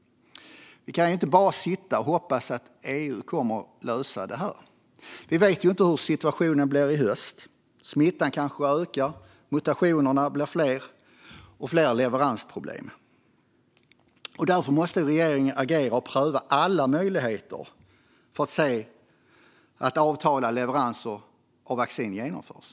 Vi kan inte bara sitta och hoppas att EU kommer att lösa det här. Vi vet ju inte hur situationen blir i höst - smittan kanske ökar, och mutationerna kanske blir fler. Det kanske blir fler leveransproblem. Därför måste regeringen agera och pröva alla möjligheter för att se att avtalade leveranser av vaccin genomförs.